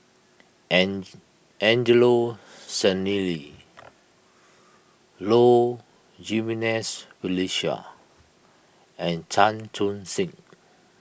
Angelo Sanelli Low Jimenez Felicia and Chan Chun Sing